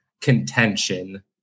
contention